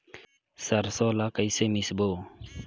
सरसो ला कइसे मिसबो?